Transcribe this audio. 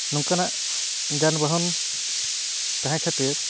ᱱᱚᱝᱠᱟᱱᱟᱜ ᱡᱟᱱᱵᱟᱦᱚᱱ ᱛᱟᱦᱮᱸ ᱠᱷᱟᱹᱛᱤᱨ